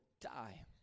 die